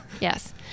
yes